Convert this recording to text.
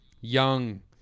young